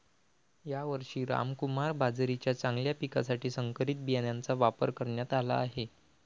यावर्षी रामकुमार बाजरीच्या चांगल्या पिकासाठी संकरित बियाणांचा वापर करण्यात आला आहे